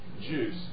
juice